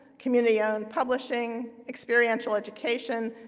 community-owned publishing, experiential education,